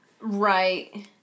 Right